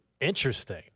Interesting